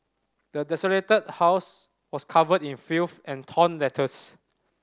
the desolated house was covered in filth and torn letters